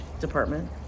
department